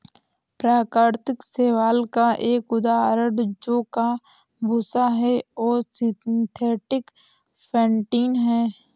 प्राकृतिक शैवाल का एक उदाहरण जौ का भूसा है और सिंथेटिक फेंटिन है